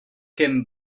kim